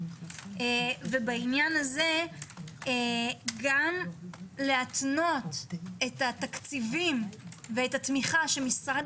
בעניין הזה גם להתנות את התקציבים ואת התמיכה שמשרד